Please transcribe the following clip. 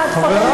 נכון,